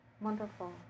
wonderful